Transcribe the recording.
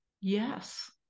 Yes